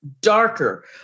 darker